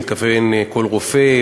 אני מתכוון: כל רופא,